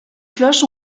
cloches